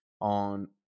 on